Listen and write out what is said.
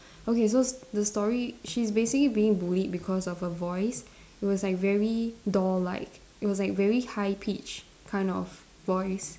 okay so the story she's basically being bullied because of her voice it was like very doll like it was like very high pitch kind of voice